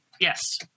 yes